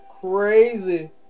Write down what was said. crazy